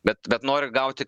bet bet noriu gauti